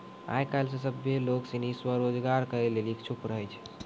आय काइल सभ्भे लोग सनी स्वरोजगार करै लेली इच्छुक रहै छै